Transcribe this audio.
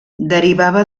derivava